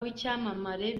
w’icyamamare